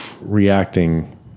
reacting